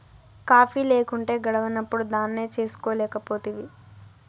coffee లేకుంటే గడవనప్పుడు దాన్నే చేసుకోలేకపోతివి